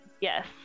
Yes